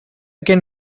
can